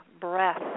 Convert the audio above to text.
breath